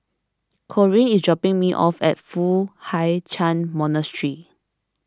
Corine is dropping me off at Foo Hai Ch'an Monastery